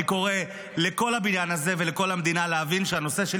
אני קורא לכל הבניין הזה ולכל המדינה להבין שהנושא של